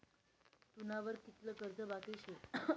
तुना वर कितलं कर्ज बाकी शे